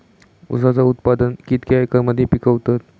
ऊसाचा उत्पादन कितक्या एकर मध्ये पिकवतत?